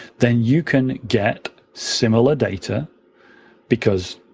then you can get similar data because